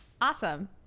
Awesome